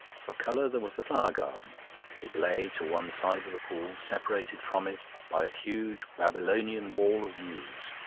for colour there was the flower-garden it lay to one side of the pool, separated from it by a huge babylonian wall of yews.